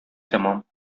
тәмам